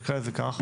נקרא לזה כך.